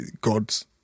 God's